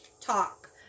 talk